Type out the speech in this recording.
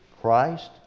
Christ